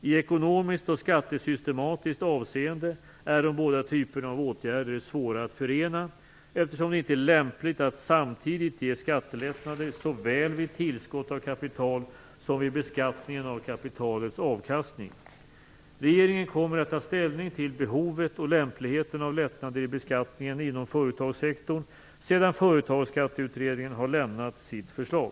I ekonomiskt och skattesystematiskt avseende är de båda typerna av åtgärder svåra att förena, eftersom det inte är lämpligt att samtidigt ge skattelättnader såväl vid tillskott av kapital som vid beskattningen av kapitalets avkastning." Regeringen kommer att ta ställning till behovet och lämpligheten av lättnader i beskattningen inom företagssektorn sedan Företagsskatteutredningen har lämnat sitt förslag.